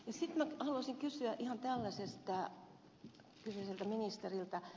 sitten minä haluaisin kysyä ihan tällaisesta kyseiseltä ministeriltä